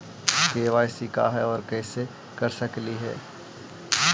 KYC का है, और कैसे कर सकली हे?